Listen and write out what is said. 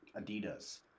Adidas